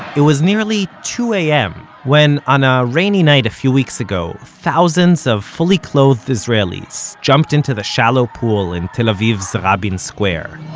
it was nearly two am when, on a rainy night a few weeks ago, thousands of fully clothed israelis jumped into the shallow pool in tel aviv's rabin square.